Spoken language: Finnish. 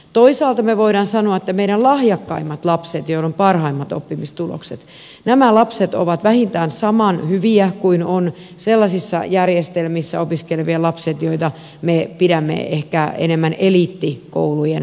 toisaalta me voimme sanoa että meidän lahjakkaimmat lapset joilla on parhaimmat oppimistulokset ovat vähintään yhtä hyviä kuin ovat sellaisissa järjestelmissä opiskelevat lapset joita me pidämme ehkä enemmän eliittikoulujen lapsina